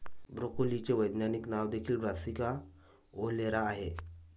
ब्रोकोलीचे वैज्ञानिक नाव देखील ब्रासिका ओलेरा आहे